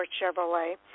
Chevrolet